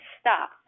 stop